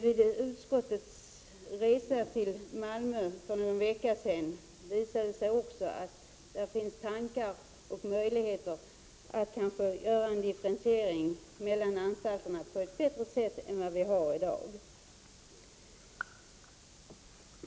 Vid utskottets resa till Malmö för någon vecka sedan visade det sig också att det finns tankar på att göra en differentiering mellan anstalterna på ett bättre sätt än vad som förekommer i dag.